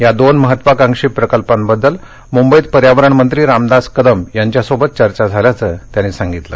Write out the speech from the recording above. या दोन महत्त्वाकांक्षी प्रकल्पाबद्दल मुंबईत पर्यावरण मंत्री रामदास कदम यांच्याशी चर्चा झाल्याचं त्यांनी सांगितलं